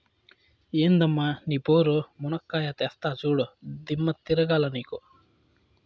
ఎందమ్మ నీ పోరు, మునక్కాయా తెస్తా చూడు, దిమ్మ తిరగాల నీకు